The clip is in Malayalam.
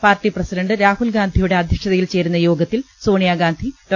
പാർട്ടി പ്രസിഡന്റ് രാഹുൽഗാന്ധിയുടെ അധ്യക്ഷത യിൽ ചേരുന്ന യോഗത്തിൽ സ്റ്റാ്ണിയാഗാന്ധി ഡോ